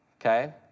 Okay